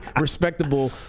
respectable